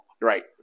Right